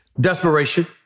Desperation